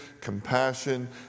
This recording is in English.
compassion